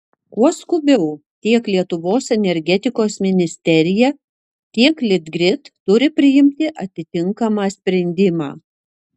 kuo skubiau tiek lietuvos energetikos ministerija tiek litgrid turi priimti atitinkamą sprendimą